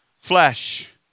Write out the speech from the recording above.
flesh